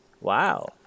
Wow